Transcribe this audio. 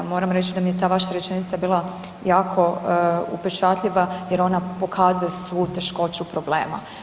Moram reći da mi je ta vaša rečenica bila jako upečatljiva jer ona pokazuje svu teškoću problema.